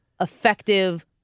effective